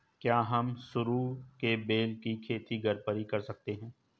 क्या हम सरू के बेल की खेती घर पर ही कर सकते हैं?